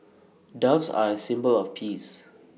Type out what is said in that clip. doves are A symbol of peace